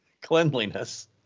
cleanliness